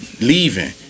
leaving